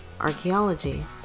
archaeology